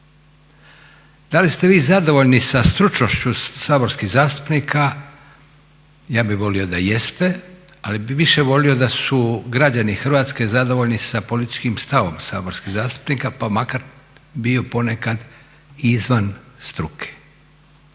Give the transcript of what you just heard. Da li ste vi zadovoljni sa stručnošću saborskih zastupnika ja bih volio da jeste, ali bih više volio da su građani Hrvatske zadovoljni sa političkim stavom saborskih zastupnika pa makar bio ponekad izvan struke.